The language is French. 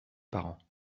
parents